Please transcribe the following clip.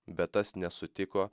bet tas nesutiko